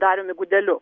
dariumi gudeliu